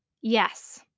Yes